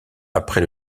après